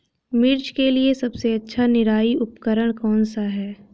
मिर्च के लिए सबसे अच्छा निराई उपकरण कौनसा है?